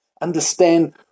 understand